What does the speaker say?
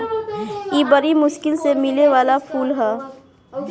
इ बरी मुश्किल से मिले वाला फूल ह